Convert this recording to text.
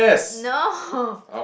no